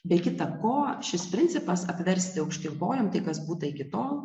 be kita ko šis principas apversti aukštyn kojom tai kas būta iki tol